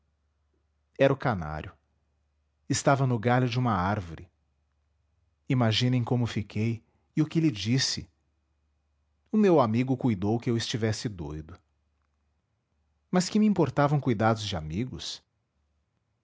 era o canário estava no galho de uma árvore imaginem como fiquei e o que lhe disse o meu amigo cuidou que eu estivesse doudo mas que me importavam cuidados de amigos